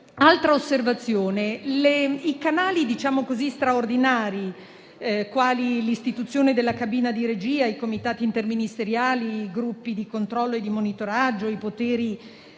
Altra osservazione: i canali straordinari, quali l'istituzione della cabina di regia, i comitati interministeriali, i gruppi di controllo e di monitoraggio, i poteri